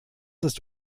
ist